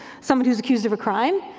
someone who's accused of a crime.